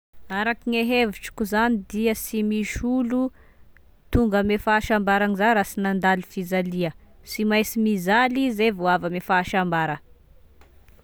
Arake gne hevitrako zany dia sy misy olo tonga ame fahasambaragna za raha sy nandalo fizalia, sy mainsy mizaly ize vao avy ame fahasambara.